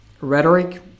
rhetoric